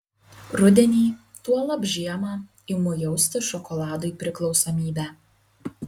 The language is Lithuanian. rudenį tuolab žiemą imu jausti šokoladui priklausomybę